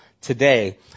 today